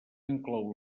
inclou